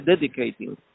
dedicating